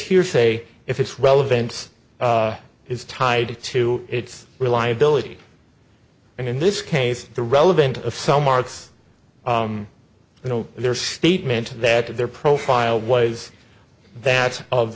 hearsay if it's relevance is tied to its reliability and in this case the relevant of some arts you know their statement that their profile was that of